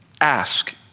Ask